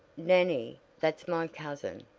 nannie, that's my cousin,